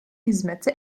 hizmeti